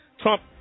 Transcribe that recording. Trump